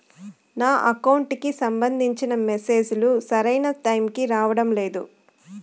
నా అకౌంట్ కి సంబంధించిన మెసేజ్ లు సరైన టైముకి రావడం లేదు